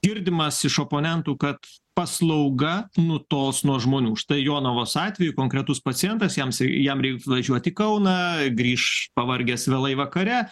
girdimas iš oponentų kad paslauga nutols nuo žmonių štai jonavos atveju konkretus pacientas jams jam reiks važiuot į kauną grįš pavargęs vėlai vakare